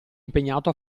impegnato